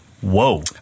Whoa